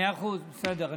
מאה אחוז, בסדר.